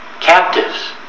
captives